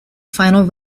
final